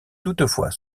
toutefois